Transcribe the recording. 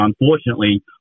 unfortunately